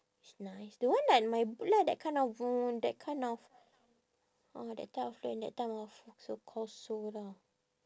is nice the one like my boot lah that kind of that kind of ah that kind of trend that type of so call sole lah